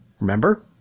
remember